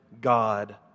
God